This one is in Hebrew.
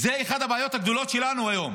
זו אחת הבעיות הגדולות שלנו היום